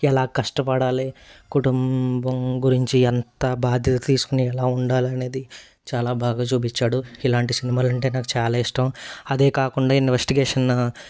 ఎలా కష్టపడాలి కుటుంబం గురించి ఎంత బాధ్యత తీసుకొని ఎలా ఉండాలి అనేది చాలా బాగా చూపించాడు ఇలాంటి సినిమాలు అంటే నాకు చాలా ఇష్టం అదే కాకుండా ఇన్వెస్టిగేషనూ